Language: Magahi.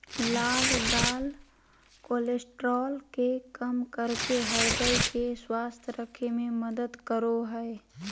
लाल दाल कोलेस्ट्रॉल के कम करके हृदय के स्वस्थ रखे में मदद करो हइ